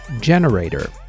Generator